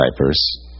diapers